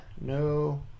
No